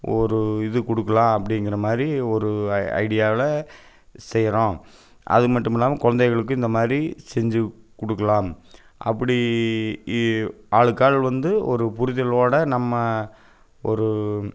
ஒரு இது கொடுக்குலாம் அப்படிங்கிற மாதிரி ஒரு ஐடியாவில் செய்கிறோம் அது மட்டும் இல்லாமல் குழந்தைகளுக்கு இந்த மாதிரி செஞ்சு கொடுக்கலாம் அப்படி இ ஆளுக்கு ஆள் வந்து ஒரு புரிதலோடு நம்ம ஒரு